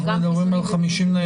אנחנו מדברים על 50 ניידות